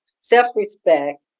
self-respect